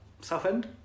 Southend